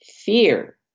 fear